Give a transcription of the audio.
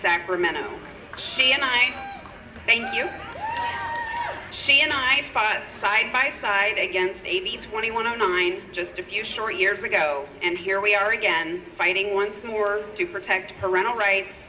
sacramento ca and i thank you she and i five side by side against a b twenty one on the line just a few short years ago and here we are again fighting once more to protect parental rights